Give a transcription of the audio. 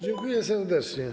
Dziękuję serdecznie.